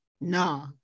no